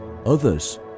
Others